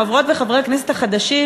חברות וחברי הכנסת החדשים,